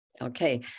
Okay